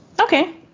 Okay